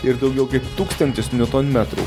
ir daugiau kaip tūkstantis niutonmetrų